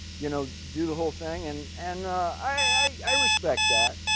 you know, do the whole thing. and and i respect that.